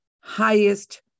highest